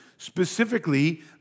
specifically